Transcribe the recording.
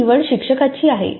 ही निवड शिक्षकाची आहे